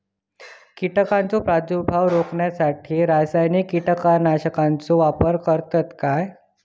कीटकांचो प्रादुर्भाव रोखण्यासाठी रासायनिक कीटकनाशकाचो वापर करतत काय?